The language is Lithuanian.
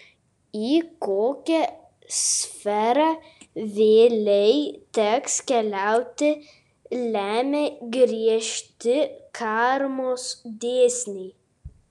į kokią sferą vėlei teks keliauti lemia griežti karmos dėsniai